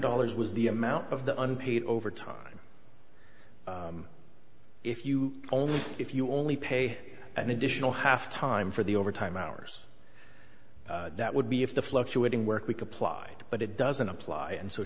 dollars was the amount of the unpaid overtime if you only if you only pay an additional half time for the overtime hours that would be if the fluctuating work week applied but it doesn't apply and so